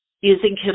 using